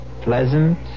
pleasant